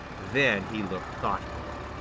then he looked thoughtful.